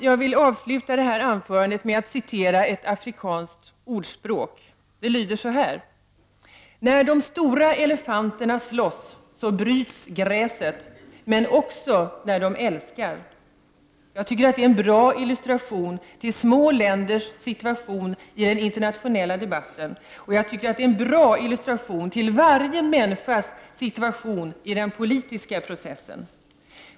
Jag vill avsluta det här anförandet med att citera ett afrikanskt ordspråk. Det lyder så här:”När de stora elefanterna slåss så bryts gräset, men också när de älskar!” Jag tycker att det är en bra illustration till små länders situation i den internationella debatten och jag tycker att det är en bra illustration till varje människas situation i den politiska processen.